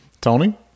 Tony